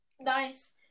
Nice